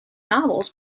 novels